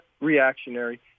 reactionary